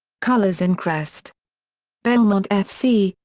colours and crest belmont f c,